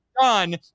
done